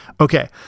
Okay